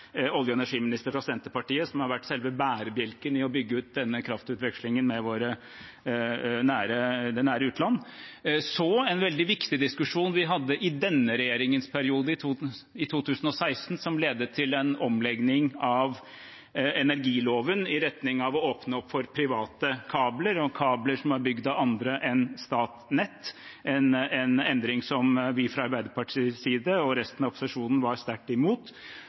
olje- og energiministre fra Senterpartiet, som har vært selve bærebjelken i å bygge ut denne kraftutvekslingen med det nære utlandet. Så hadde vi en veldig viktig diskusjon i denne regjeringens periode, i 2016, som ledet til en omlegging av energiloven i retning av å åpne opp for private kabler og kabler som er bygget av andre enn Statnett, en endring som vi fra Arbeiderpartiets side og resten av opposisjonen var sterkt imot.